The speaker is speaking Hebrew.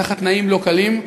בתנאים לא קלים,